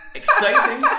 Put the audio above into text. exciting